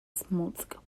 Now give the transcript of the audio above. smolensk